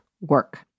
work